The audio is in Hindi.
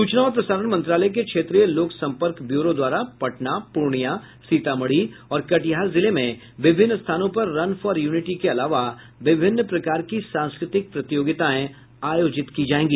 सूचना और प्रसारण मंत्रालय के क्षेत्रीय लोक संपर्क ब्यूरो द्वारा पटना पूर्णिया सीतामढ़ी और कटिहार जिले में विभिन्न स्थानों पर रन फॉन यूनिटी के अलावा विभिन्न प्रकार की सांस्कृतिक प्रतियोगिताएं आयोजित की जायेंगी